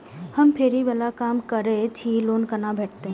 हम फैरी बाला काम करै छी लोन कैना भेटते?